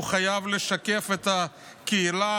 הוא חייב לשקף את הקהילה,